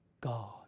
God